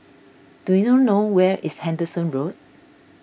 do you know where is Henderson Road